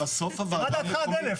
1,000?